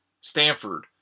stanford